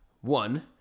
One